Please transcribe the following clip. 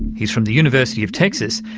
he's from the university of texas,